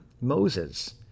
Moses